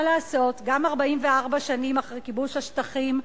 מה לעשות, גם 44 שנים אחרי כיבוש השטחים,